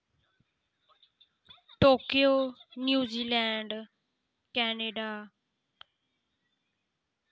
Tokyo New Zealand Canada